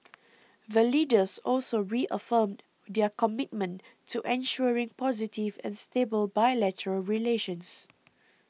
the Leaders also reaffirmed their commitment to ensuring positive and stable bilateral relations